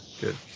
good